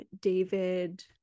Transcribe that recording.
David